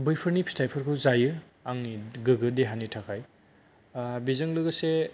बैफोरनि फिथाइफोरखौ जायो आंनि गोग्गो देहानि थाखाय बेजों लोगोसे